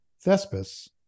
Thespis